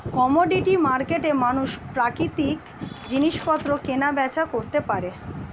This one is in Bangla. কমোডিটি মার্কেটে মানুষ প্রাকৃতিক জিনিসপত্র কেনা বেচা করতে পারে